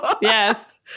yes